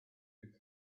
who